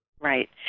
Right